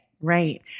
Right